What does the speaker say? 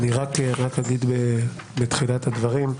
אני רק אגיד בתחילת הדברים,